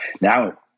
Now